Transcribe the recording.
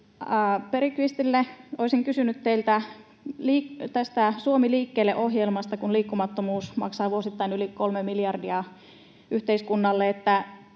Bergqvistille. Olisin kysynyt teiltä tästä Suomi liikkeelle ‑ohjelmasta, kun liikkumattomuus maksaa vuosittain yli kolme miljardia yhteiskunnalle.